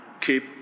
keep